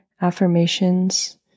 affirmations